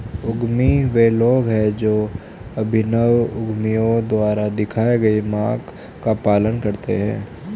उद्यमी वे लोग हैं जो अभिनव उद्यमियों द्वारा दिखाए गए मार्ग का पालन करते हैं